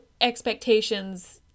expectations